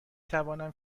توانم